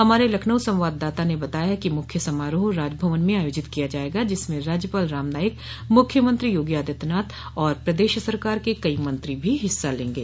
हमारे लखनऊ संवाददाता ने बताया कि मुख्य समारोह राजभवन में आयोजित किया जाएगा जिसमें राज्यपाल राम नाईक मुख्यमंत्री योगी आदित्यनाथ और प्रदेश सरकार के कई मंत्री भी हिस्सा लेंगे